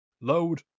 Load